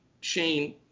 Shane